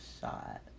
shot